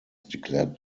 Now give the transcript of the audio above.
declared